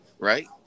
Right